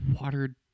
Watered